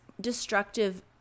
destructive